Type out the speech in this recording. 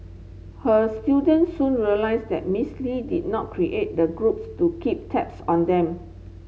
her students soon realised that Miss Lee did not create the groups to keep tabs on them